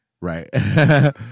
right